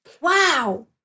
Wow